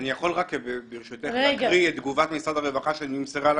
אני יכול ברשותך להקריא את תגובת משרד הרווחה שנמסרה?